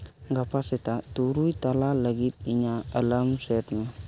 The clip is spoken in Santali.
ᱜᱟᱯᱟ ᱥᱮᱛᱟᱜ ᱛᱩᱨᱩᱭ ᱴᱟᱲᱟᱝ ᱞᱟᱹᱜᱤᱫ ᱤᱧᱟᱹᱜ ᱮᱞᱟᱨᱢ ᱥᱮᱴ ᱢᱮ